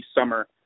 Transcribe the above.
summer